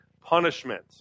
punishment